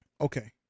okay